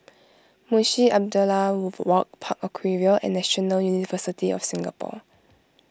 Munshi Abdullah Walk Park Aquaria and National University of Singapore